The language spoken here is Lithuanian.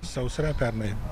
sausra pernai